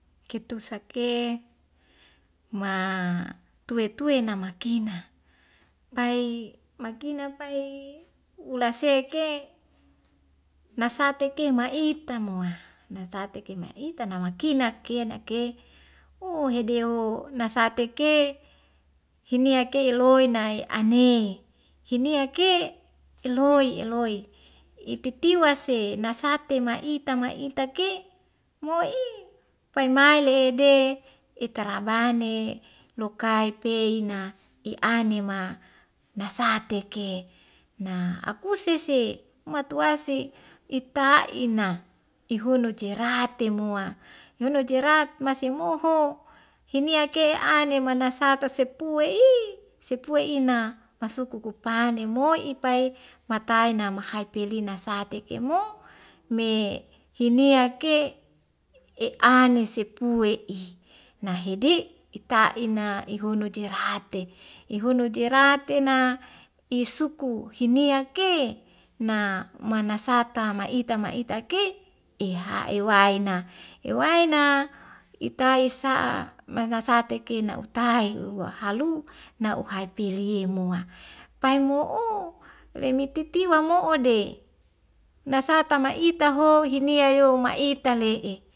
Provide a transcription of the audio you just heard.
Ketu sake ma tue tue na makena pai makina pai ulaseke nasate ma'ita moa nasate ke ma'ita namakina kena ke ooo hedeo nasatek ke hinia ke eloi nai ane hinaik ke filhoi eloi ititiwa se nasate ma'ita ma'ita ke mo'i pai mail ede etarabane lokai peina e a'ane ma nasate teke na akuse se matuwasi ita'ina ihun nojerate moa ihun nojerat masi moho hiniak ke ane manasate sepue i sepue i na pasuku kupane moi'i pai matai nama haipelina sate ke mo me hineak ke e'ane sepue i nahi di' ita'ina ihun nujerate ihun nujeratena isuku hiniak ke na manasata ma'ita na'ita ke eha ewaena hewaena itai sa'a masasate kena utai lua halu na'uhai pi li mua pai mo'o lemititiwa mo'ode nasata ma'ita ho hinia yo ma'ita le'e